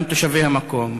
גם תושבי המקום,